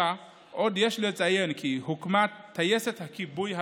עוד יש לציין כי הוקמה טייסת הכיבוי הלאומית.